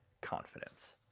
confidence